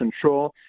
control